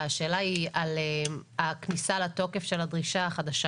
השאלה היא על הכניסה לתוקף של הדרישה החדשה.